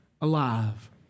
alive